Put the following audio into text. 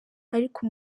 ariko